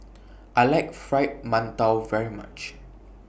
I like Fried mantou very much